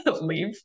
Leave